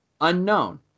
unknown